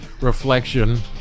reflection